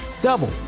double